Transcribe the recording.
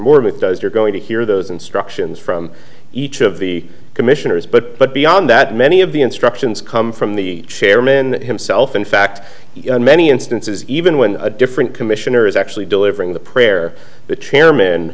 moore with does you're going to hear those instructions from each of the commissioners but but beyond that many of the instructions come from the chairmen himself in fact in many instances even when a different commissioner is actually delivering the prayer the chairman